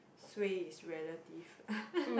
suay is relative